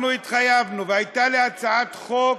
אנחנו התחייבנו, והייתה לי הצעת חוק,